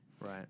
Right